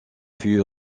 fut